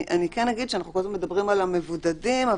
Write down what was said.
אנחנו מדברים על המבודדים,